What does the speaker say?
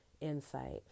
insight